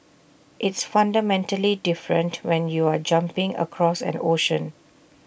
it's fundamentally different when you're jumping across an ocean